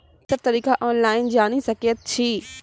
ई सब तरीका ऑनलाइन जानि सकैत छी?